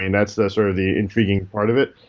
and that's the sort of the intriguing part of it.